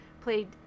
played